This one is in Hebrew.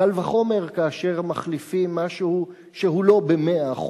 קל וחומר כאשר מחליפים משהו שהוא לא זהה ב-100%,